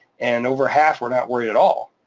and over half were not worried at all,